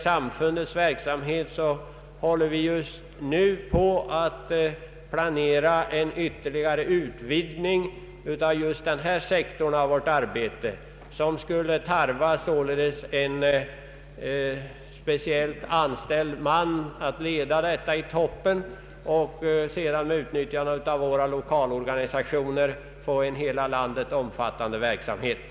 Samfundet för hembygdsvård planerar nu en ytterligare utvidgning av just denna sektor av arbetet, och det skulle tarva en speciellt anställd man att leda arbetet för att med utnyttjande av våra l1okalorganisationer få till stånd en landsomfattande verksamhet.